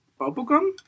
Bubblegum